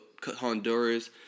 Honduras